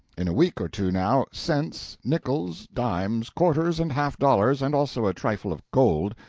in a week or two now, cents, nickels, dimes, quarters, and half-dollars, and also a trifle of gold,